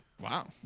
wow